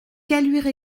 caluire